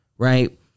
Right